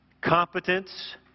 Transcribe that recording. Competence